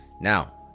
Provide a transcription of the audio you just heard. Now